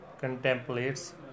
contemplates